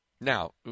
Now